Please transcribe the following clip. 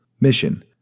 Mission